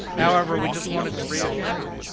however, we just wanted to reassure you.